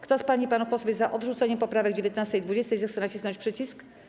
Kto z pań i panów posłów jest za odrzuceniem poprawek 19. i 20., zechce nacisnąć przycisk.